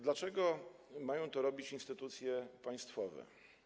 Dlaczego mają to robić instytucje państwowe?